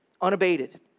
unabated